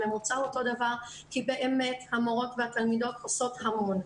הממוצע אותו דבר כי באמת המורות והתלמידות עושות המון,